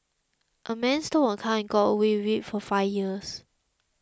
a man stole a car and got away with it for five years